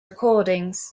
recordings